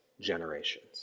generations